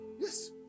Yes